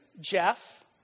jeff